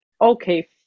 okay